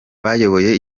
bayoboye